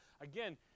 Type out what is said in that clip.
Again